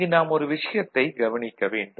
இங்கு நாம் ஒரு விஷயத்தை கவனிக்க வேண்டும்